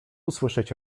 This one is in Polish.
usłyszeć